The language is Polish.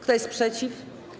Kto jest przeciw?